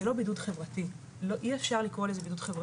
זה לא בידוד חברתי ואי אפשר לקרוא לזה כך.